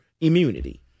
immunity